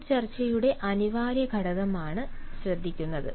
group ചർച്ചയുടെ അനിവാര്യ ഘടകമാണ് ശ്രദ്ധിക്കുന്നത്